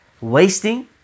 wasting